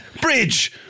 Bridge